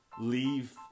leave